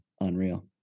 Unreal